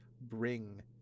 bring